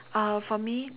uh for me